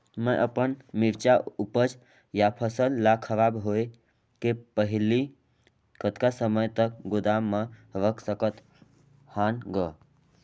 मैं अपन मिरचा ऊपज या फसल ला खराब होय के पहेली कतका समय तक गोदाम म रख सकथ हान ग?